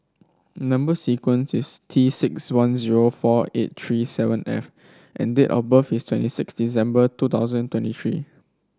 number sequence is T six one zero four eight three seven F and date of birth is twenty six December two thousand twenty three